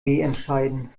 entscheiden